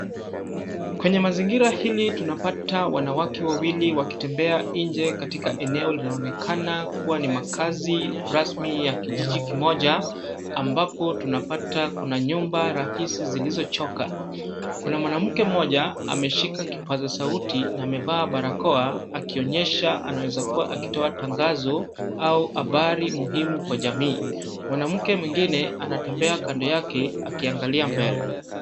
Kwenye mazingira hili, tunapata wanawake wawili wakitembea nje katika eneo linaonekana kuwa ni makazi rasmi ya kijiji kimoja. Ambapo tunapata kuna nyumba na afisi zilizochoka. Kuna mwanamke mmoja ameshika kipaza sauti na amevaa barakoa akionyesha anawezakuwa akitoa tangazo au habari muhimu kwa jamii. Mwanamke mwingine anatembea kando yake akiangalia mbele.